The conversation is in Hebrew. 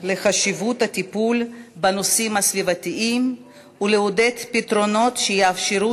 לחשיבות הטיפול בנושאים הסביבתיים ולעודד פתרונות שיאפשרו